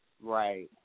Right